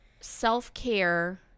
self-care